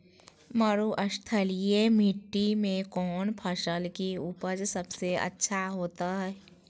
मरुस्थलीय मिट्टी मैं कौन फसल के उपज सबसे अच्छा होतय?